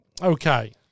Okay